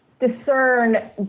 discern